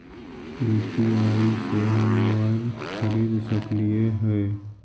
UPI से हम mobile खरिद सकलिऐ है